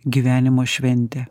gyvenimo šventė